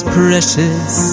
precious